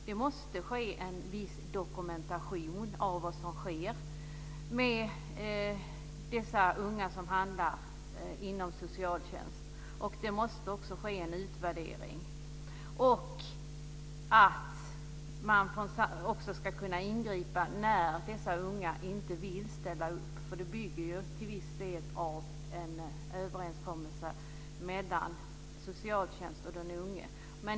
Det måste finnas en viss dokumentation av vad som sker med de unga som hamnar inom socialtjänsten. Det måste också ske en utvärdering. Man ska också kunna ingripa när de unga inte vill ställa upp. Det bygger till viss del på en överenskommelse mellan socialtjänst och den unge.